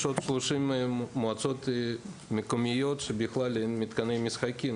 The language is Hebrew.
שלושים מועצות מקומיות שבהן בכלל אין מתקני משחקים.